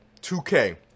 2k